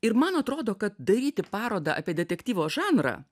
ir man atrodo kad daryti parodą apie detektyvo žanrą